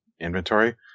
inventory